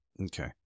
Okay